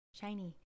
shiny